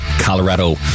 Colorado